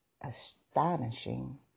astonishing